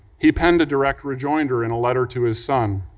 he penned a direct rejoinder in a letter to his son.